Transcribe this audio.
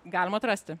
galim atrasti